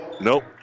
Nope